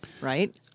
right